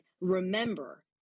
remember